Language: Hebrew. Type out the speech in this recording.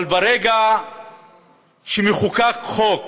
אבל ברגע שמחוקק חוק